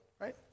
right